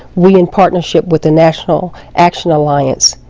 we, in partnership with the national action alliance,